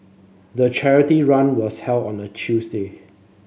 the charity run was held on a Tuesday